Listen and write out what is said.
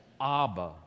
Abba